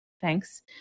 Thanks